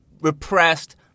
repressed